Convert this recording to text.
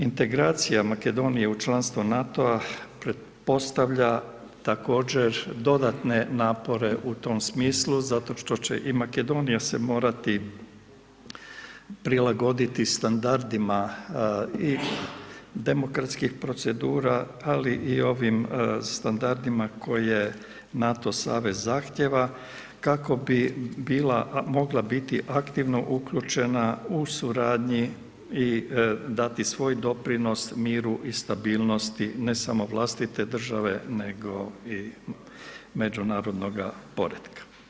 Integracija Makedonije u članstvo NATO-a pretpostavlja također dodatne napore u tom smislu zato što će i Makedonija se morati prilagoditi standardima i demokratskih procedura ali i ovim standardima koje NATO savez zahtjeva kako bi bila, mogla biti aktivno uključena u suradnji i dati svoj doprinos miru i stabilnosti ne samo vlastite države, nego i međunarodnoga poretka.